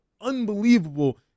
unbelievable